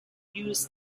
use